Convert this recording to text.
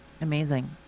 amazing